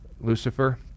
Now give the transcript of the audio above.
Lucifer